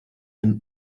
him